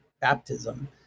baptism